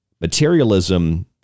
Materialism